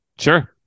Sure